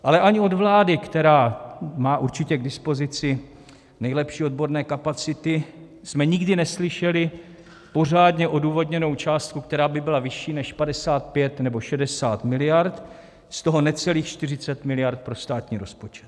Ale ani od vlády, která má určitě k dispozici nejlepší odborné kapacity, jsme nikdy neslyšeli pořádně odůvodněnou částku, která by byla vyšší než 55 nebo 60 miliard, z toho necelých 40 miliard pro státní rozpočet.